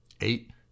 eight